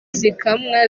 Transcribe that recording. zikamwa